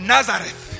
Nazareth